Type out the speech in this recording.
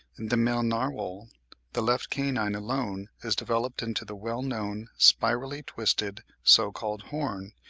in the male narwhal the left canine alone is developed into the well-known, spirally-twisted, so-called horn,